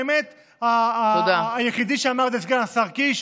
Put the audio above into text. האמת היא שהיחיד שאמר זה סגן השר קיש,